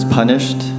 punished